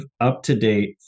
up-to-date